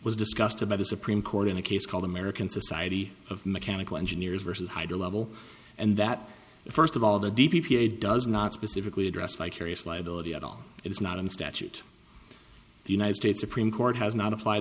was disgusted by the supreme court in a case called american society of mechanical engineers versus high level and that first of all the d p a does not specifically address vicarious liability at all it's not in statute the united states supreme court has not applied